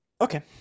Okay